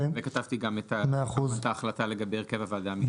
כתבתי גם למחוק את ההחלטה לגבי הרכב הוועדה המייעצת.